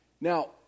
Now